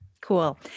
Cool